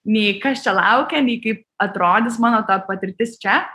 nei kas čia laukia nei kaip atrodys mano ta patirtis čia